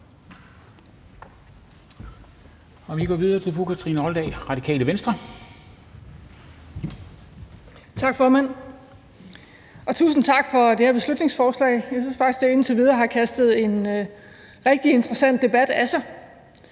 (Ordfører) Kathrine Olldag (RV): Tak, formand, og tusind tak for det her beslutningsforslag. Jeg synes faktisk, det indtil videre har kastet en rigtig interessant debat af sig.